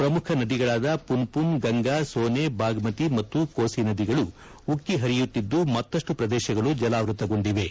ಪ್ರಮುಖ ನದಿಗಳಾದ ಪುನ್ಪುನ್ ಗಂಗಾ ಸೋನೆ ಬಾಗ್ಮತಿ ಮತ್ತು ಕೋಸಿ ನದಿಗಳು ಉಕ್ಕಿ ಹರಿಯುತ್ತಿದ್ದು ಮತ್ತಷ್ಟು ಪ್ರದೇಶಗಳು ಜಲಾವೃತಗೊಂಡಿವೆ